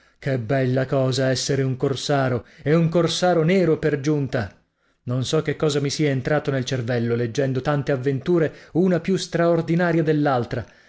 che bella cosa essere un corsaro e un corsaro nero per giunta non so che cosa mi sia entrato nel cervello leggendo tante avventure una più straordinaria